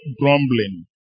grumbling